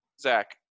Zach